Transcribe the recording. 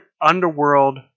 Underworld